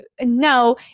no